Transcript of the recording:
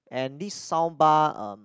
and this soundbar um